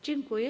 Dziękuję.